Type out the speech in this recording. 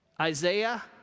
Isaiah